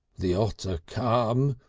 the hotter come,